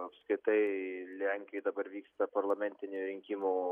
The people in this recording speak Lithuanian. apskritai lenkijoj dabar vyksta parlamentinių rinkimų